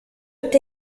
est